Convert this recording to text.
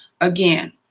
again